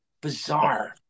bizarre